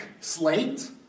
slate